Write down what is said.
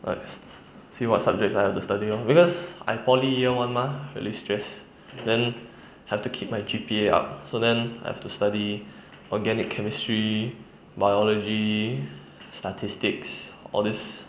like se~ se~ see what subject I have to study lor because I poly year one mah really stress then have to keep my G_P_A up so then I have to study organic chemistry biology statistic all this